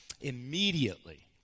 immediately